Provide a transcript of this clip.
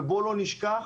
בואו לא נשכח,